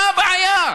מה הבעיה?